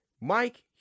Mike